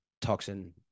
toxin